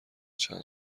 چند